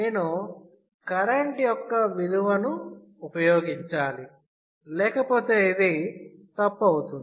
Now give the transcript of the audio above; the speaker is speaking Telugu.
నేను కరెంట్ యొక్క విలువను ఉపయోగించాలి లేకపోతే ఇది తప్పు అవుతుంది